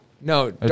No